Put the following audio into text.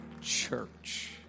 Church